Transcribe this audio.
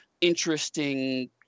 interesting